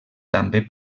també